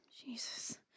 Jesus